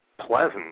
pleasant